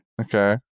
Okay